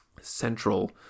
central